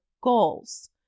goals